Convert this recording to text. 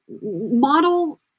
model